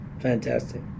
fantastic